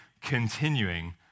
continuing